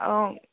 অঁ